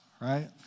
right